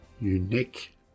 unique